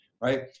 right